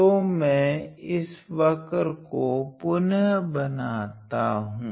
तो मैं इस वक्र को पुनः बनाता हूँ